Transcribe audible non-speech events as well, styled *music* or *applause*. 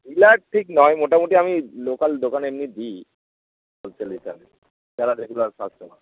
dealer ঠিক নয় মোটামুটি আমি লোকাল দোকানে এমনি দিই *unintelligible* যারা রেগুলার কাস্টমার